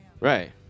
right